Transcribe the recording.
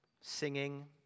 singing